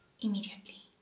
immediately